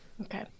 Okay